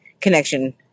connection